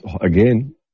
Again